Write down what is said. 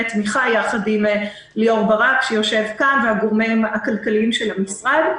תמיכה ביחד עם ליאור ברק שיושב כאן והגורמים הכלכליים של המשרד.